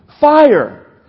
Fire